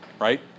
right